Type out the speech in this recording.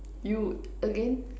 you again